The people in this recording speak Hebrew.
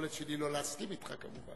היכולת שלי לא להסכים אתך, כמובן.